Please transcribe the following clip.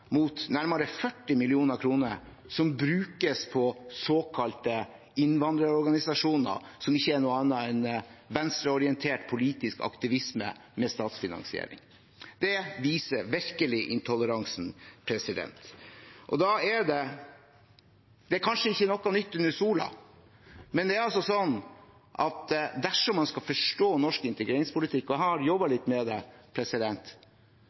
noe annet enn venstreorientert politisk aktivisme med statsfinansiering. Det viser virkelig intoleransen. Det er kanskje sånn at «intet er nytt under solen», men dersom man skal forstå norsk integreringspolitikk – og jeg har jobbet litt med det